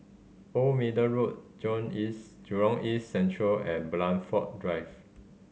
Old Middle Road Jurong East Central and Blandford Drive